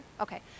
Okay